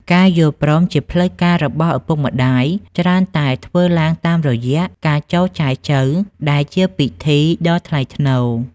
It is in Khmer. ការយល់ព្រមជាផ្លូវការរបស់ឪពុកម្ដាយច្រើនតែធ្វើឡើងតាមរយៈ "ការចូលចែចូវ" ដែលជាពិធីការដ៏ថ្លៃថ្នូរ។